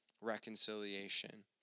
reconciliation